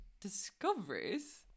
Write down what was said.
discoveries